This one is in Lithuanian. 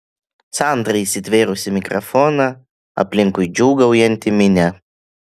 sandra įsitvėrusi mikrofoną aplinkui džiūgaujanti minia